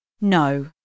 No